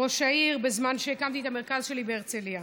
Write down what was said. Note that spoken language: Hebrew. ראש העיר בזמן שהקמתי את המרכז שלי בהרצליה.